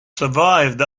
survived